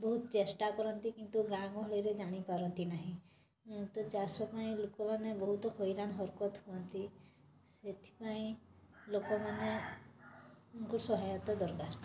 ବହୁତ ଚେଷ୍ଟା କରନ୍ତି କିନ୍ତୁ ଗାଁ' ଗହଳିରେ ଜାଣିପାରନ୍ତି ନାହିଁ ତ ଚାଷ ପାଇଁ ଲୋକମାନେ ବହୁତ ହଇରାଣ ହରକତ୍ ହୁଅନ୍ତି ସେଥିପାଇଁ ଲୋକମାନେ ମାନଙ୍କୁ ସହାୟତା ଦରକାର